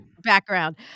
background